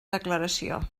declaració